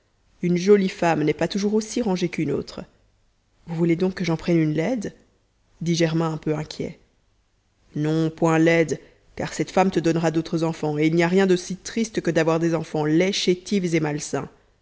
une jolie femme n'est pas toujours aussi rangée qu'une autre vous voulez donc que j'en prenne une laide dit germain un peu inquiet non point laide car cette femme te donnera d'autres enfants et il n'y a rien de si triste que d'avoir des enfants laids chétifs et malsains